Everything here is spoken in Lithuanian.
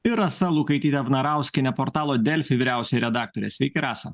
ir rasa lukaityte vnarauskiene portalo delfi vyriausiaja redaktore sveiki rasa